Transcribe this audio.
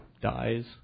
dies